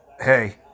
hey